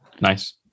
nice